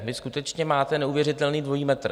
Vy skutečně máte neuvěřitelný dvojí metr.